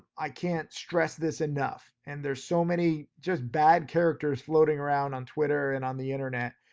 i can't stress this enough. and there's so many just bad characters floating around on twitter and on the internet,